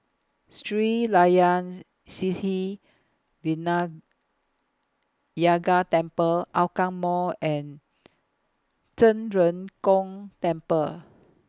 Sri Layan Sithi Vinayagar Temple Hougang Mall and Zhen Ren Gong Temple